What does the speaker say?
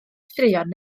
straeon